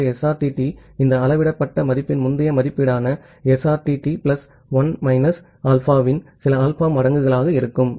ஆகவே SRTT இந்த அளவிடப்பட்ட மதிப்பின் முந்தைய மதிப்பீடான SRTT பிளஸ் 1 மைனஸ் ஆல்பாவின் சில alpha மடங்குகளாக இருக்கும்